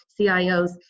CIOs